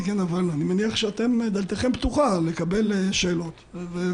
מי שרוצה לבטל שיחשוב על זה,